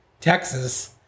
Texas